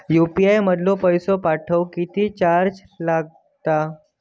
UPI मधलो पैसो पाठवुक किती चार्ज लागात?